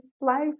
life